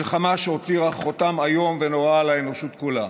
מלחמה שהותירה חותם איום ונורא על האנושות כולה,